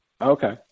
Okay